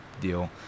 deal